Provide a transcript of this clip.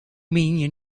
mean